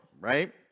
right